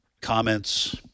comments